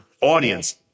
audience